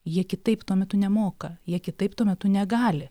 jie kitaip tuo metu nemoka jie kitaip tuo metu negali